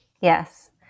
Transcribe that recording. Yes